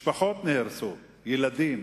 משפחות נהרסו, ילדים